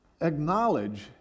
acknowledge